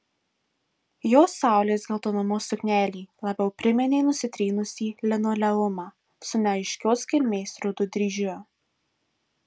jos saulės geltonumo suknelė labiau priminė nusitrynusį linoleumą su neaiškios kilmės rudu dryžiu